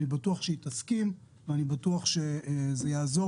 אני בטוח שהיא תסכים ואני בטוח שזה יעזור